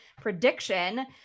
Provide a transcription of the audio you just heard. prediction